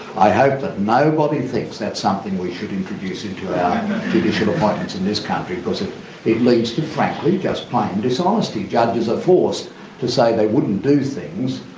i hope that nobody thinks that's something we should introduce into our judicial appointments in this country, because it leads to frankly just plain dishonesty. judges are forced to say they wouldn't do things,